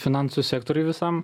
finansų sektoriui visam